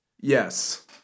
Yes